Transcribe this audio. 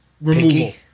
removal